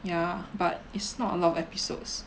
yeah but is not a lot of episodes